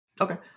Okay